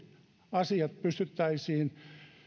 asiat pystyttäisiin